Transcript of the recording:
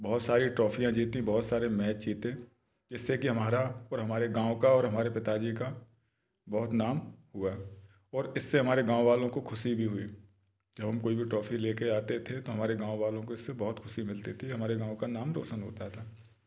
बहुत सारी ट्रॉफियाँ जीती बहुत सारे मैच जीते जिससे कि हमारा और हमारे गाँव का और हमारे पिताजी का बहुत नाम हुआ और इससे हमारे गाँव वालों को खुशी भी हुई जब हम कोई भी ट्रॉफी ले के आते थे तो हमारे गाँव वालों को इससे बहुत खुशी मिलती थी हमारे गाँव का नाम रोशन होता था